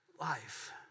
life